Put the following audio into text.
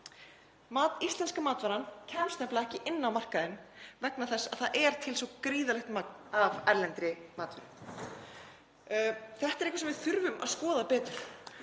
Íslenska matvaran kemst nefnilega ekki inn á markaðinn vegna þess að það er til svo gríðarlegt magn af erlendri matvöru. Þetta er eitthvað sem við þurfum að skoða betur.